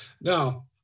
Now